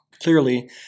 Clearly